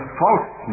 false